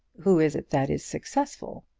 who is it that is successful?